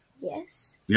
yes